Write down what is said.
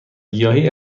گیاهی